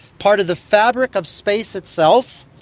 part of the fabric of space itself,